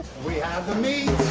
we have the meats!